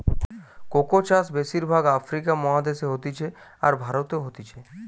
cocoa চাষ বেশির ভাগ আফ্রিকা মহাদেশে হতিছে, আর ভারতেও হতিছে